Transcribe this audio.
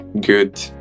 good